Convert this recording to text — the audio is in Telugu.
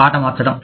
ఆట మార్చడం